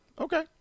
Okay